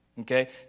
Okay